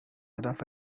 هدف